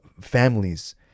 families